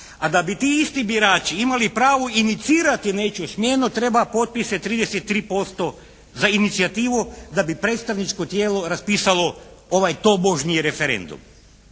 A da bi ti isti birači imali pravo inicirati nečiju smjenu treba potpise 33% za inicijativu da bi predstavničko tijelo raspisalo ovaj tobožnji referendum.